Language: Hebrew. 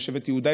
ושבטו יהודה,